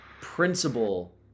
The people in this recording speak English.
principle